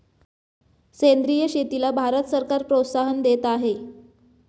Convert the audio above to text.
सेंद्रिय शेतीला भारत सरकार प्रोत्साहन देत आहे